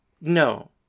No